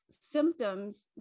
symptoms